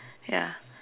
ya